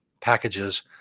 packages